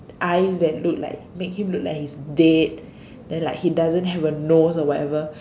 eyes that look like make him look like he's dead then like he doesn't have a nose or whatever